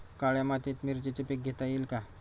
काळ्या मातीत मिरचीचे पीक घेता येईल का?